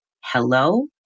hello